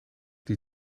die